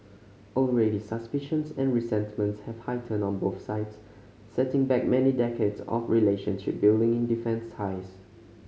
already suspicions and resentments have heightened on both sides setting back many decades of relationship building in defence ties